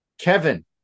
Kevin